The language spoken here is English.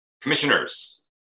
Commissioners